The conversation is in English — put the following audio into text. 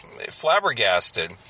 flabbergasted